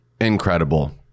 incredible